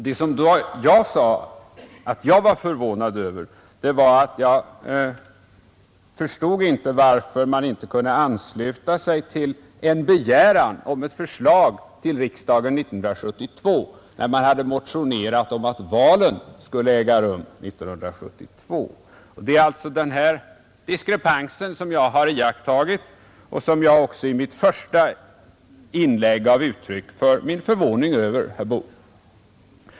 Det var därför jag sade att jag var förvånad över att man inte kunde ansluta sig till en begäran om ett förslag till 1972 års riksdag, när man alltså hade motionerat om att valet skulle äga rum 1972. Det är alltså denna diskrepans som jag fäst mig vid och som jag i mitt första inlägg gav uttryck för min förvåning över, herr Boo.